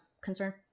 concern